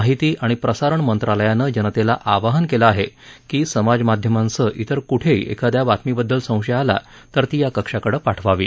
माहिती आणि प्रसारण मंत्रालयानं जनतेला आवाहन केलं आहे की समाजमाध्यमांसह विर कुठेही एखाद्या बातमीबद्दल संशय आला तर ती या कक्षाकडे पाठवावी